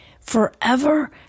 forever